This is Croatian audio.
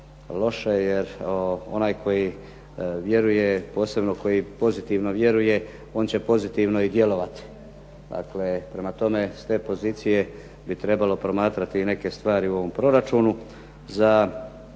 loše, jer onaj koji vjeruje, posebno koji pozitivno vjeruje on će pozitivno i djelovati. Dakle, prema tome, s te pozicije bi trebalo promatrati i neke stvari u ovom proračunu za